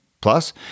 Plus